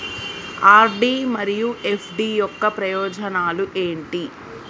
RD మరియు FD యొక్క ప్రయోజనాలు ఏంటి?